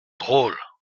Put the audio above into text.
drôles